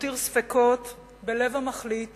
ותותיר ספקות בלב המחליט